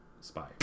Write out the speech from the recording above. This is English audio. Spy